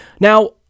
Now